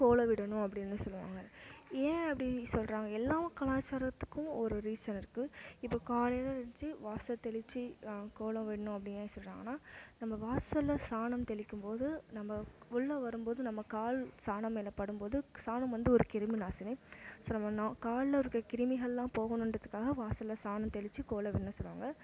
கோலம் விடணும் அப்படின்னு சொல்லுவாங்க ஏன் அப்படி சொல்கிறாங்க எல்லாம் கலாச்சாரத்துக்கும் ஒரு ரீசன் இருக்குது இப்போ காலையில் ஏழ்ந்துச்சி வாசல் தெளித்து கோலம் விடணும் அப்படி ஏன் சொல்கிறாங்கனா நம்ம வாசலில் சாணம் தெளிக்கும்போது நம்ம உள்ளே வரும்போது நம்ம கால் சாணம் மேல் படும்போது சாணம் வந்து ஒரு கிருமிநாசினி ஸோ நம்ம நா காலில் இருக்கிற கிருமிகள்லாம் போகணுன்றத்துக்காக வாசலில் சாணம் தெளித்து கோலம் விடணும் சொல்லுவாங்க